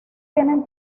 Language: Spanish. tienen